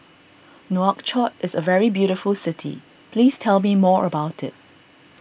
Nouakchott is a very beautiful city please tell me more about it